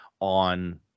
on